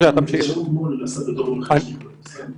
ישירה בהסכמים בין הישראלים לפלסטינים.